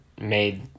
made